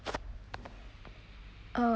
oh